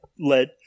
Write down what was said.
let